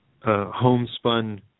homespun